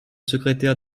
secrétaire